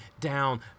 down